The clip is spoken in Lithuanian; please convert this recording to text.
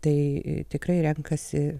tai tikrai renkasi